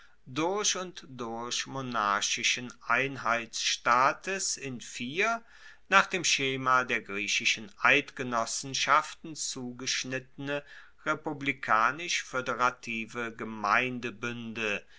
durch und durch monarchischen einheitsstaates in vier nach dem schema der griechischen eidgenossenschaften zugeschnittene republikanisch foederative